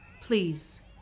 Please